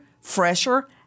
fresher